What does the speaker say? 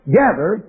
gather